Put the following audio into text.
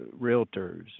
realtors